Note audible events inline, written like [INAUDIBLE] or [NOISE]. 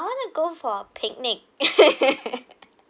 I want to go for picnic [LAUGHS]